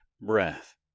breath